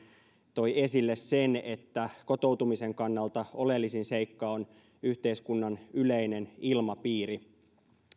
toi esille sen että kotoutumisen kannalta oleellisin seikka on yhteiskunnan yleinen ilmapiiri